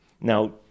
Now